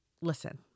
Listen